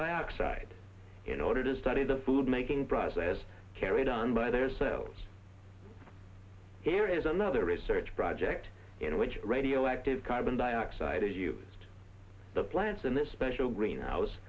dioxide in order to study the food making process carried on by their cells here is another research project in which radioactive carbon dioxide is used the plants in this special green